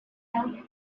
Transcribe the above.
out